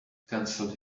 canceled